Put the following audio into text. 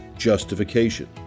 Justification